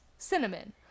cinnamon